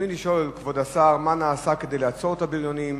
ברצוני לשאול את כבוד השר: 1. מה נעשה כדי לעצור את הבריונים?